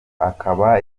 akaba